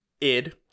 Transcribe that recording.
id